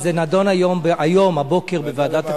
זה נדון הבוקר בוועדת הכספים,